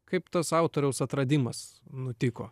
kaip tas autoriaus atradimas nutiko